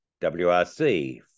WRC